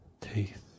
teeth